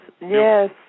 yes